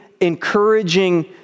encouraging